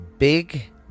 Big